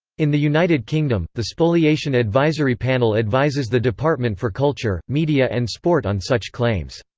in the united kingdom, the spoliation advisory panel advises the department for culture, media and sport on such claims.